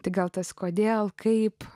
tai gal tas kodėl kaip